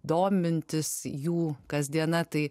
domintis jų kasdiena tai